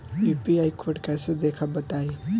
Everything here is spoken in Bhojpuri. यू.पी.आई कोड कैसे देखब बताई?